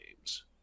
games